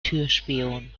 türspion